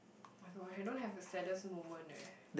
my god I don't have a saddest moment leh